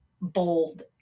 bold